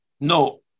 No